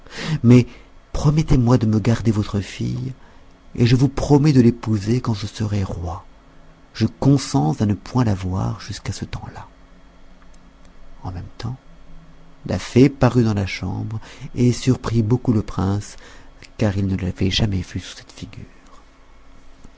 mais promettez-moi de me garder votre fille et je vous promets de l'épouser quand je serai roi je consens à ne point la voir jusqu'à ce temps-là en même temps la fée parut dans la chambre et surprit beaucoup le prince car il ne l'avait jamais vue sous cette figure